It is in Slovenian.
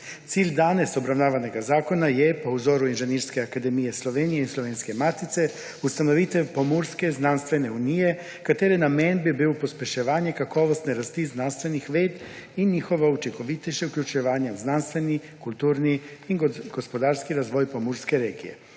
Cilj danes obravnavanega zakona je po vzoru Inženirske akademije Slovenije in Slovenske matice ustanovitev pomurske znanstvene unije, katere namen bi bil pospeševanje kakovostne rasti znanstvenih ved in njihovo učinkovitejše vključevanje v znanstveni, kulturni in gospodarski razvoj pomurske regije,